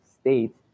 state